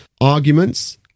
arguments